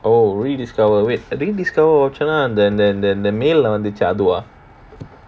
oh Rediscover wait I think Rediscover voucher அந்த:andha the~ the~ then mail வந்துச்சே அதுவா:vandhuchae adhuvaa